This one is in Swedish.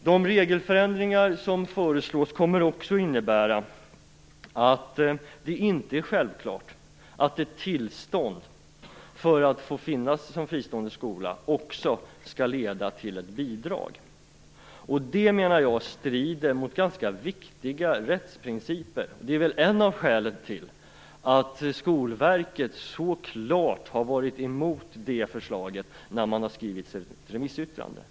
De regelförändringar som föreslås kommer också att innebära att det inte är självklart att ett tillstånd att få finnas som fristående skola också skall leda till bidrag. Det, menar jag, strider mot ganska viktiga rättsprinciper. Det är också ett av skälen till att Skolverket så tydligt var emot förslaget i sitt remissyttrande.